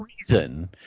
reason